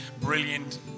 brilliant